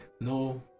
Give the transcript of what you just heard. No